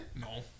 No